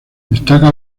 destaca